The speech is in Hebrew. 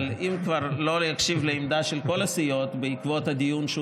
אבל אם כבר לא להקשיב לעמדה של כל הסיעות בעקבות הדיון שהוא